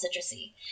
citrusy